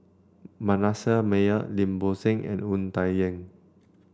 Manasseh Meyer Lim Bo Seng and Wu Tsai Yen